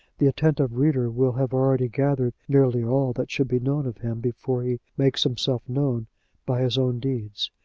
the attentive reader will have already gathered nearly all that should be known of him before he makes himself known by his own deeds.